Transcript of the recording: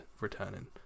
returning